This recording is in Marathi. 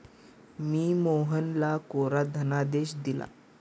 मी मोहनला कोरा धनादेश दिला